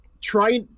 try